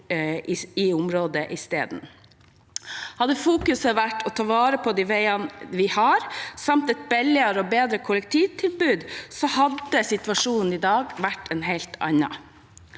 i stedet. Hadde man fokusert på å ta vare på de veiene vi har, samt på et billigere og bedre kollektivtilbud, hadde situasjonen i dag vært en helt annen.